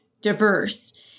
diverse